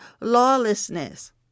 lawlessness